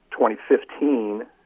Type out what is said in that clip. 2015